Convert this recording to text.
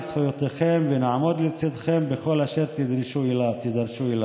זכויותיכם ונעמוד לצידכם בכל אשר תידרשו לו.